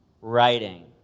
writing